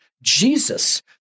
Jesus